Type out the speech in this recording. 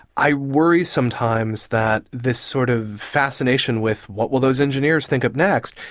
i worry sometimes that this sort of fascination with what will those engineers think of next?